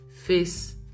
face